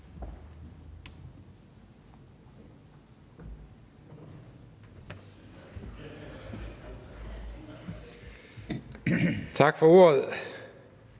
Tak for ordet.